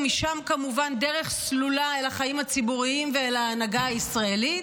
ומשם כמובן דרך סלולה אל החיים הציבוריים ואל ההנהגה הישראלית,